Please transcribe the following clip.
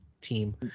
team